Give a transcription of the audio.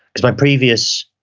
cause my previous